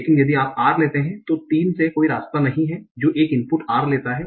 लेकिन यदि आप r लेते हैं तो 3 से कोई रास्ता नहीं है जो एक इनपुट r लेता है